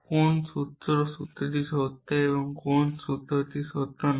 কোন সূত্রটি সত্য এবং কোন সূত্রটি সত্য নয়